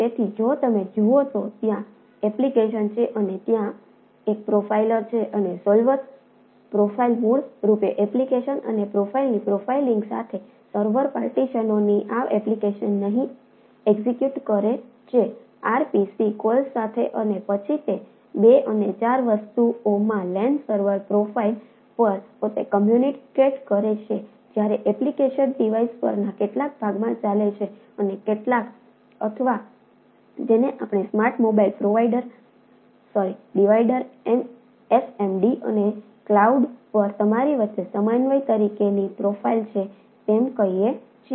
તેથી જો તમે જુઓ તો ત્યાં એપ્લિકેશન છે અને ત્યાં એક પ્રોફાઇલર છે અને સોલ્વર અને ક્લાઉડ પર તમારી વચ્ચે સમન્વયન તરીકેની પ્રોફાઇલ છે તેમ કહીએ છીએ